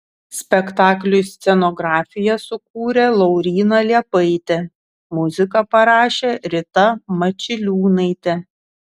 spektakliui scenografiją sukūrė lauryna liepaitė muziką parašė rita mačiliūnaitė